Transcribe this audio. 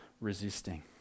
resisting